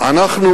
לא כל כך מהר.